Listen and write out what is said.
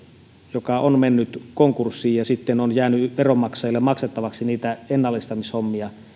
joka on mennyt konkurssiin ja sitten on jäänyt veronmaksajille maksettavaksi niitä ennallistamishommia